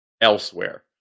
elsewhere